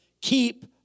keep